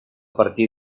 partir